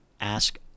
ask